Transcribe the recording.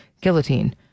Guillotine